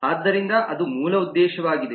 ಆದ್ದರಿಂದ ಅದು ಮೂಲ ಉದ್ದೇಶವಾಗಿದೆ